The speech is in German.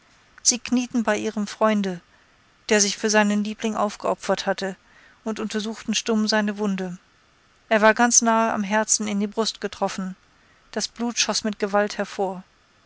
sie knieten bei ihrem freunde der sich für seinen liebling aufgeopfert hatte und untersuchten stumm seine wunde er war ganz nahe am herzen in die brust getroffen das blut schoß mit gewalt hervor